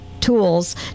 tools